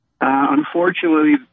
Unfortunately